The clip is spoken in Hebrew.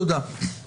תודה.